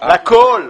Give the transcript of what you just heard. לכל.